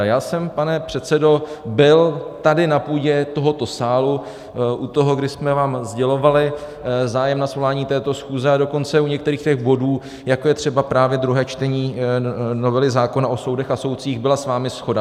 Já jsem, pane předsedo, byl tady na půdě tohoto sálu u toho, kdy jsme vám sdělovali zájem na svolání této schůze, a dokonce u některých bodů, jako je třeba právě druhé čtení novely zákona o soudech a soudcích, byla s vámi shoda.